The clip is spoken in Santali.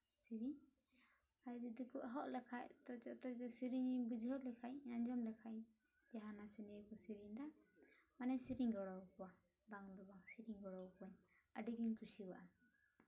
ᱥᱮᱨᱮᱧ ᱟᱨ ᱡᱩᱫᱤ ᱠᱚ ᱮᱦᱚᱵ ᱞᱮᱠᱷᱟᱱ ᱛᱚ ᱡᱚᱛᱚᱡᱚ ᱥᱮᱨᱮᱧ ᱤᱧ ᱵᱩᱡᱷᱟᱹᱣ ᱞᱮᱠᱷᱟᱱ ᱟᱸᱡᱚᱢ ᱞᱮᱠᱷᱟᱱ ᱤᱧ ᱡᱟᱦᱟᱱᱟᱜ ᱱᱤᱭᱮ ᱠᱚ ᱥᱮᱨᱮᱧ ᱮᱫᱟ ᱢᱟᱱᱮᱧ ᱥᱮᱨᱮᱧ ᱜᱚᱲᱚ ᱟᱠᱚᱣᱟ ᱵᱟᱝ ᱫᱚ ᱵᱟᱝ ᱥᱮᱨᱮᱧ ᱜᱚᱲᱚ ᱟᱠᱚᱣᱟᱹᱧ ᱟᱹᱰᱤᱜᱤᱧ ᱠᱩᱥᱤᱭᱟᱜᱼᱟ